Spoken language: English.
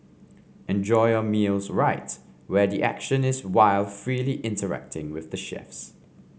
enjoy your meals rights where the action is while freely interacting with the chefs